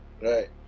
Right